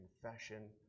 confession